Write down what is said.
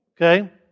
Okay